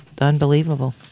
Unbelievable